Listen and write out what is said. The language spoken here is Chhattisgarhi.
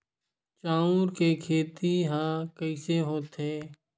चांउर के खेती ह कइसे होथे?